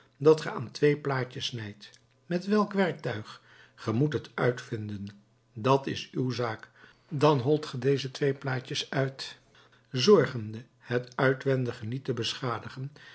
dat ge aan twee plaatjes snijdt met welk werktuig gij moet het uitvinden dat is uw zaak dan holt ge deze twee plaatjes uit zorgende het uitwendige niet te beschadigen